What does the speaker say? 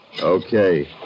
Okay